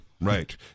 Right